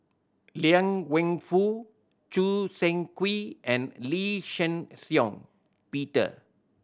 Liang Wenfu Choo Seng Quee and Lee Shih Shiong Peter